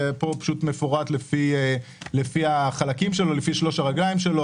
פה הוא מפורט לפי שלוש הרגליים שלו: